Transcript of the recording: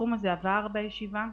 הסכום הזה עבר בישיבה,